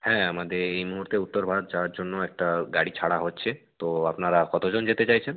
হ্যাঁ আমাদের এই মুহুর্তে উত্তর ভারত যাওয়ার জন্য একটা গাড়ি ছাড়া হচ্ছে তো আপনারা কত জন যেতে চাইছেন